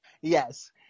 yes